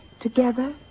together